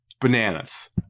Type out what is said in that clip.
Bananas